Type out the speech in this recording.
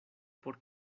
por